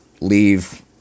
leave